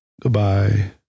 Goodbye